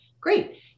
great